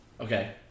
Okay